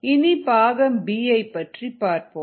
இனி பாகம் b பார்ப்போம்